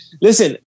Listen